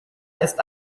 ist